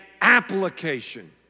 application